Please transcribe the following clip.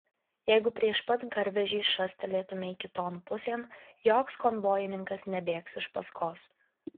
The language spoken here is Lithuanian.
jeigu prieš pat garvežį šastelėtumei kiton pusėn joks konvojininkas nebėgs iš paskos